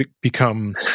become